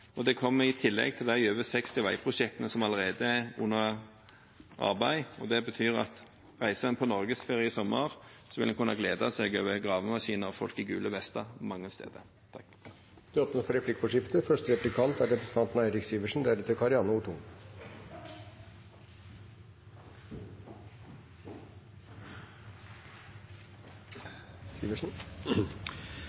og det kommer i tillegg til de over 60 veiprosjektene som allerede er under arbeid. Det betyr at om en reiser på norgesferie i sommer, vil en kunne glede seg over gravemaskiner og folk i gule vester mange steder. Det blir replikkordskifte. La meg starte med å bemerke at hvis statsråden var så bekymret for